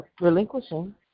relinquishing